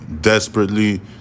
desperately